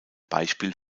beispiel